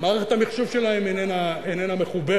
מערכת המחשוב שלהם איננה מחוברת,